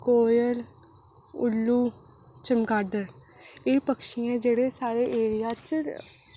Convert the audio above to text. कोयल उल्लू चमगादड़ एह् पक्षी ऐं जेह्ड़े साढ़े एरिया च